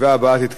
ביום שני,